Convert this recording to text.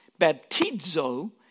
Baptizo